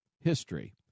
history